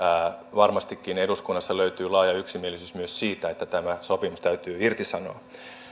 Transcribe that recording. varmastikin eduskunnassa löytyy laaja yksimielisyys myös siitä että tämä sopimus täytyy irtisanoa